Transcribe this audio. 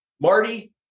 marty